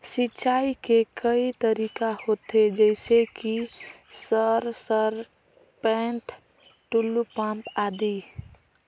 सिंचाई के कई तरीका होथे? जैसे कि सर सरपैट, टुलु पंप, आदि?